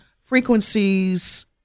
frequencies